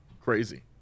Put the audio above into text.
Crazy